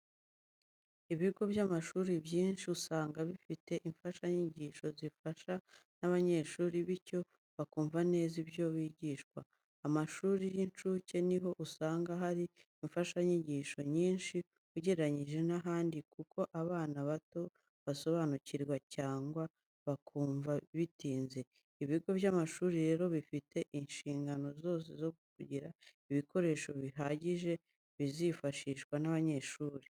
Ibigo by'amashuri byinshi usanga bifite imfashanyigisho zifashishwa n'abanyeshuri bityo bakumva neza ibyo bigishwa. Amashuri y'incuke ni ho usanga hari imfashanyigisho nyinshi ugereranyije n'ahandi kuko abana bato basobanukirwa cyangwa bakumva bitinze. Ibigo by'amashuri rero bifite inshingano zo gutegura ibikoresho bihagije bizifashishwa n'abanyeshuri.